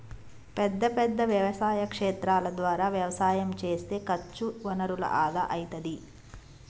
పెద్ద పెద్ద వ్యవసాయ క్షేత్రాల ద్వారా వ్యవసాయం చేస్తే ఖర్చు వనరుల ఆదా అయితది